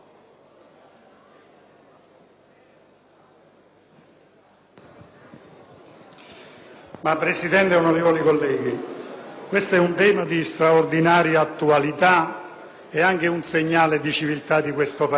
Presidente, onorevoli colleghi, questo è un tema di straordinaria attualità ed è anche un indice della civiltà di questo Paese: